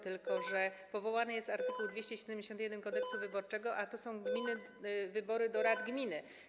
Tylko że przywołany jest art. 271 Kodeksu wyborczego, a to są wybory do rady gminy.